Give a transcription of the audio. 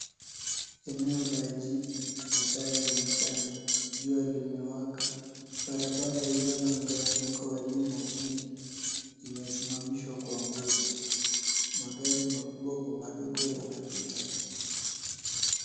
Eneo la jiji, masaa ya mchana. Jua limewaka. Barabara iliyo na mgawanyiko wa juu na chini imesimamishwa kwa nguzo. Magari makubwa kwa madogo yanapita.